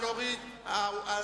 תודה.